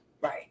Right